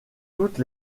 toutes